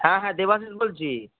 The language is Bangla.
হ্যাঁ হ্যাঁ দেবাশীষ বলছি